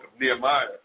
Nehemiah